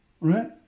right